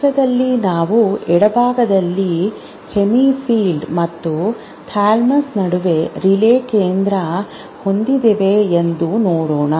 ಚಿತ್ರದಲ್ಲಿ ನಾವು ಎಡಭಾಗದಲ್ಲಿ ಹೆಮಿಫೀಲ್ಡ್ ಮತ್ತು ಥಾಲಮಸ್ ನಡುವೆ ರಿಲೇ ಕೇಂದ್ರ ಹೊಂದಿದ್ದೇವೆ ಎಂದು ನೋಡೋಣ